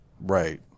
Right